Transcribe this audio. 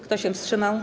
Kto się wstrzymał?